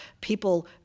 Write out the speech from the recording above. People